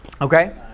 Okay